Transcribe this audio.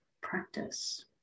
practice